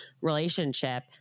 relationship